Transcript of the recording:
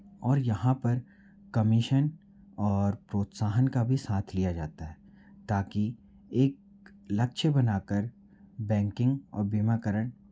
और यहाँ पर कमीशन और प्रोत्साहन का भी साथ लिया जाता है ताकि एक लक्ष्य बनाकर बैंकिंग और बीमाकरण